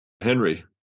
Henry